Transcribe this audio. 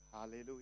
Hallelujah